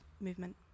movement